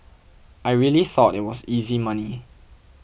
I really thought it was easy money